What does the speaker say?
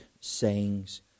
sayings